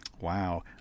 Wow